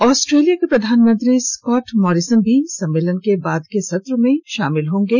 Australia के प्रधानमंत्री Scott Morrison भी सम्मेलन में बाद के सत्र में भाग लेंगे